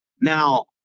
now